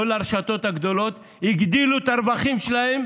כל הרשתות הגדולות הגדילו את הרווחים שלהם